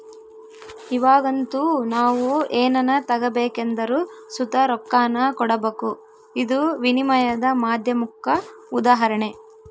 ಇವಾಗಂತೂ ನಾವು ಏನನ ತಗಬೇಕೆಂದರು ಸುತ ರೊಕ್ಕಾನ ಕೊಡಬಕು, ಇದು ವಿನಿಮಯದ ಮಾಧ್ಯಮುಕ್ಕ ಉದಾಹರಣೆ